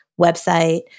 website